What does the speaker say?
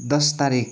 दस तारिक